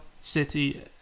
City